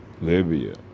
Libya